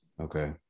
Okay